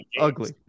Ugly